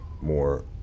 more